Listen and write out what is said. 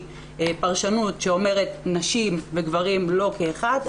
פרשנות שאומרת שנשים וגברים לא כאחד,